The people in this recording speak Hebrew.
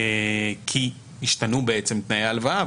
כי השתנו תנאי ההלוואה,